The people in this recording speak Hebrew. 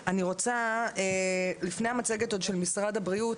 אני רוצה לפני המצגת עוד של משרד הבריאות,